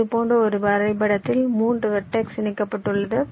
இது போன்ற ஒரு வரைபடத்தில் 3 வெர்டெக்ஸ் இணைக்கப்பட்டுள்ளது